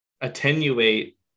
attenuate